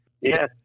Yes